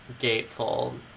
gatefold